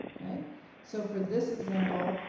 so for this example,